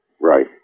Right